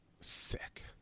Sick